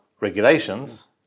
regulations